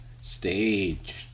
stage